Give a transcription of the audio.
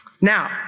Now